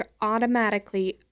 automatically